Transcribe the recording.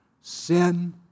Sin